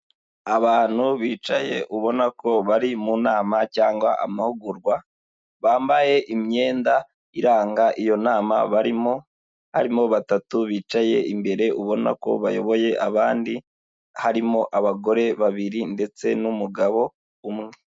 Abantu bicaye ubona ko bari mu nama cyangwa amahugurwa, bambaye imyenda iranga iyo nama barimo, harimo batatu bicaye imbere ubona ko bayoboye abandi, harimo abagore babiri ndetse n'umugabo umwe.